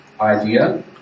idea